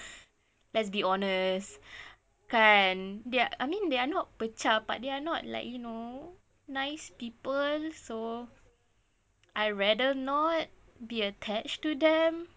let's be honest can't they're I mean they are not pecah but they're not like you know nice people so I rather not be attached to them